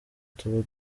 tuba